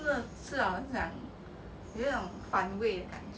eat with him cause he says it's very nice